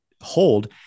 hold